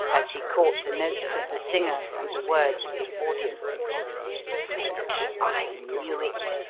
as he caught the notes of the singer and the words of his audience french i knew it!